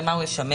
למה הוא ישמש.